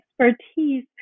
expertise